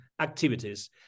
activities